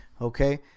Okay